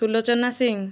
Sulochana Singh